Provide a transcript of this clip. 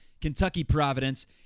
Kentucky-Providence